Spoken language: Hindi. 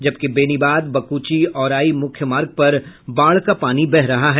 जबकि बेनीबाद बकुची औराई मुख्य मार्ग पर बाढ़ का पानी बह रहा है